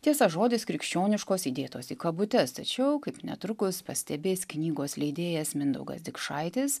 tiesa žodis krikščioniškos įdėtos į kabutes tačiau kaip netrukus pastebės knygos leidėjas mindaugas dikšaitis